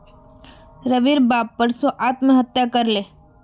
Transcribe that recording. रविर बाप परसो आत्महत्या कर ले